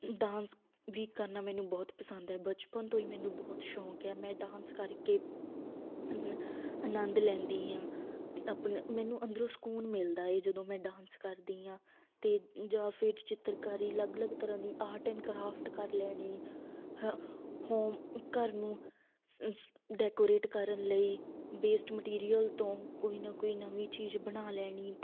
dance ਵੀ ਕਰਨਾ ਮੈਨੂੰ ਬਹੁਤ ਪਸੰਦ ਹੈ ਬਚਪਨ ਤੋਂ ਹੀ ਮੈਨੂੰ ਬਹੁਤ ਸ਼ੌਕ ਹੈ ਮੈਂ ਡਾਂਸ ਕਰਕੇ ਆਨੰਦ ਲੈਂਦੀ ਹਾਂ ਅਤੇ ਆਪਣਾ ਮੈਨੂੰ ਅੰਦਰੋਂ ਸਕੂਨ ਮਿਲਦਾ ਹੈ ਜਦੋਂ ਮੈਂ ਡਾਂਸ ਕਰਦੀ ਹਾਂ ਅਤੇ ਜਾਂ ਫਿਰ ਚਿੱਤਰਕਾਰੀ ਅਲੱਗ ਅਲੱਗ ਤਰ੍ਹਾਂ ਦੀ ਆਰਟ ਐਂਡ ਕਰਾਫਟ ਕਰ ਲੈਣੀ ਹਾਂ ਹੋਮ ਘਰ ਨੂੰ ਸ ਡੈਕੋਰੇਟ ਕਰਨ ਲਈ ਵੇਸ਼ਟ ਮਟੀਰੀਅਲ ਤੋਂ ਕੋਈ ਨਾ ਕੋਈ ਨਵੀਂ ਚੀਜ਼ ਬਣਾ ਲੈਣੀ